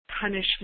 punishment